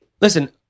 listen